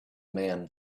man